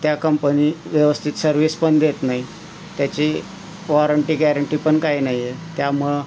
त्या कंपनी व्यवस्थित सर्व्हिस पण देत नाही त्याची वॉरंटी गॅरेंटी पण काही नाही आहे त्यामुळं